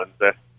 Wednesday